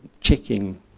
checking